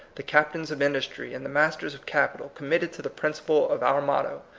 the captains of industry, and the mas ters of capital, committed to the principle of our motto,